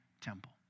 temple